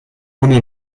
ohne